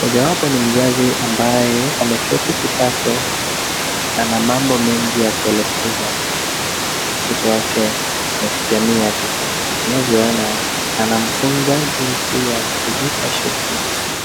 Mojawapo ni mzazi ambaye ameketi kitako, ana mambo mengi ya kueleza mtoto wake wa jamii ya kisasa. Tunavyoona, anamfunza jinsi ya kujipa shughuli.